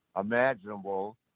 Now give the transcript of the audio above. imaginable